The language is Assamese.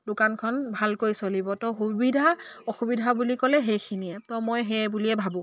দোকানখন ভালকৈ চলিব ত' সুবিধা অসুবিধা বুলি ক'লে সেইখিনিয়ে ত' মই সেয়ে বুলিয়েই ভাবোঁ